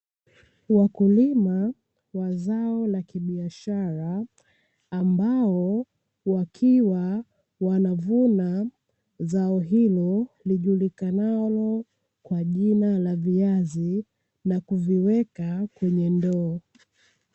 Wakulima wa zao la kibiashara ambao wakiwa wanavuna zao hilo lijulikanalo kwa jina la viazi na kuviweka kwenye ndoo